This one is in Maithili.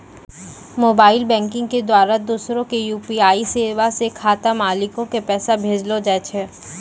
मोबाइल बैंकिग के द्वारा दोसरा के यू.पी.आई सेबा से खाता मालिको के पैसा भेजलो जाय छै